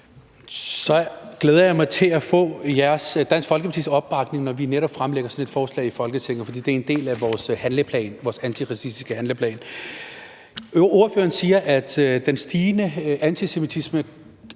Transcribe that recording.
Så glæder jeg mig til at få Dansk Folkepartis opbakning, når vi netop fremlægger sådan et forslag i Folketinget, for det er en del af vores handleplan, altså vores antiracistiske handleplan. Ordføreren siger, at det er ordførerens